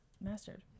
mastered